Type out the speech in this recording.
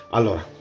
Allora